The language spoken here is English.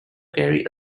carry